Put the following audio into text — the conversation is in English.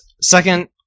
Second